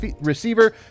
receiver